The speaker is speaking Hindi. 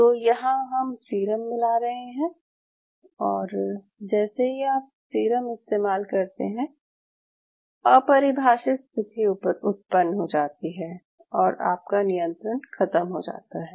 तो यहाँ हम सीरम मिला रहे हैं और जैसे ही आप सीरम इस्तेमाल करते हैं अपरिभाषित स्थिति उत्पन्न हो जाती है और आपका नियंत्रण ख़त्म हो जाता है